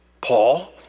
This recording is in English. Paul